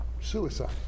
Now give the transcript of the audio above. suicide